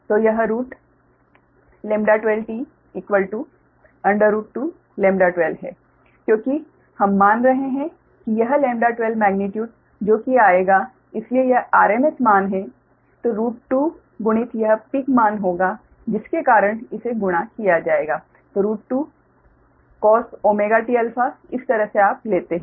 तो यह रूट 122 12 है क्योंकि हम मान रहे हैं कि यह 12 मेग्नीट्यूड जो भी आएगा इसलिए यह RMS मान है 2 गुणित यह पीक मान होगा जिसके कारण इसे गुणा किया जाएगा2 cos⁡ωtα इस तरह से आप लेते हैं